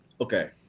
Okay